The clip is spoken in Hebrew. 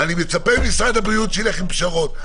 אני מצפה ממשרד הבריאות שילך עם פשרות.